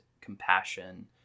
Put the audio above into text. compassion